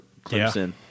Clemson